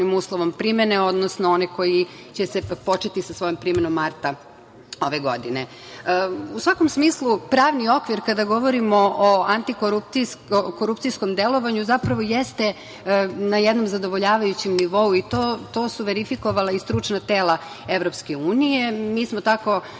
svakom smislu, pravni okvir kada govorimo o antikorupcijskom delovanju zapravo jeste na jednom zadovoljavajućem nivou, a to su verifikovala i stručna tela Evropske unije. Mi smo tako